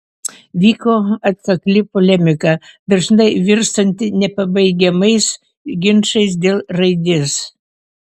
vyko atkakli polemika dažnai virstanti nepabaigiamais ginčais dėl raidės